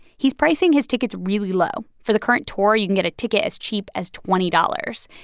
he's pricing his tickets really low. for the current tour, you can get a ticket as cheap as twenty dollars.